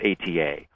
ATA